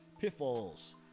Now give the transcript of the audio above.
pitfalls